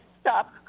stop